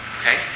Okay